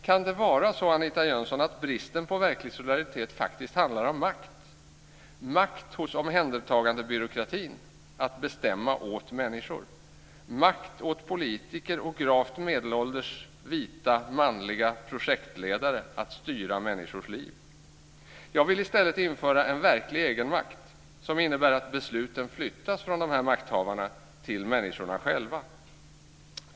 Kan det vara så, Anita Jönsson, att bristen på verklig solidaritet faktiskt handlar om makt - makt hos "omhändertagandebyråkratin" att bestämma åt människor, makt hos politiker och gravt medelålders vita manliga projektledare att styra människors liv? Jag vill i stället införa en verklig egenmakt som innebär att besluten flyttas från makthavarna till människorna själva.